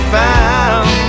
found